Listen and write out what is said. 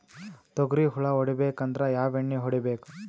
ತೊಗ್ರಿ ಹುಳ ಹೊಡಿಬೇಕಂದ್ರ ಯಾವ್ ಎಣ್ಣಿ ಹೊಡಿಬೇಕು?